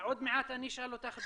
עוד מעט אני אשאל אותך,